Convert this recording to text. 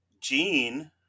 Gene